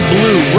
Blue